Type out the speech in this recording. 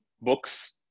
books